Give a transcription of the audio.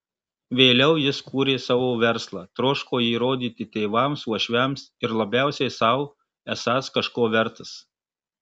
vėliau jis kūrė savo verslą troško įrodyti tėvams uošviams ir labiausiai sau esąs kažko vertas